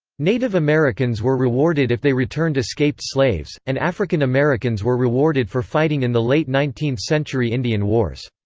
native americans were rewarded if they returned escaped slaves, and african americans were rewarded for fighting in the late nineteenth century indian wars.